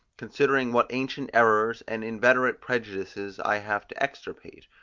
considering what ancient errors and inveterate prejudices i have to extirpate,